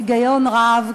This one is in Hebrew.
היגיון רב,